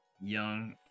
young